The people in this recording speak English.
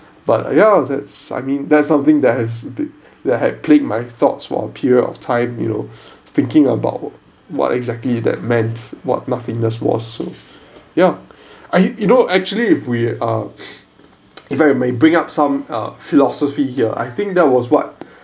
but ya that's I mean that's something that has been that had plagued my thoughts for a period of time you know thinking about what exactly that meant what nothingness was so yeah I you know actually if we are if I may bring up some uh philosophy here I think that was what